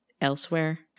elsewhere